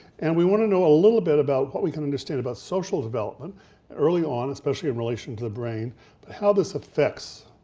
and we wanna know a little bit about what we can understand about social development early on, especially in relation to the brain, and but how this affects